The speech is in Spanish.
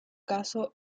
caso